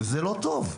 וזה לא טוב.